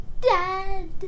dad